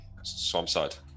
Swampside